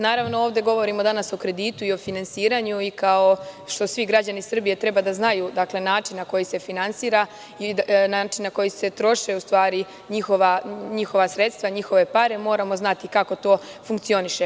Naravno, ovde danas govorimo o kreditu i finansiranju i kao što svi građani Srbije treba da znaju način na koji se finansira i način na koji se troše u stvari njihova sredstva, njihove pare, moramo znati kako to i funkcioniše.